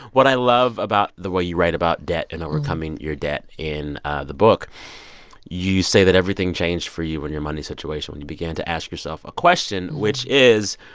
what i love about the way you write about debt and overcoming your debt in the book you say that everything changed for you and your money situation when you began to ask yourself a question, which is,